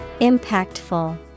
Impactful